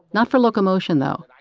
not for locomotion, though.